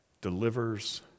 delivers